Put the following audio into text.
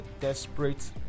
desperate